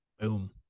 boom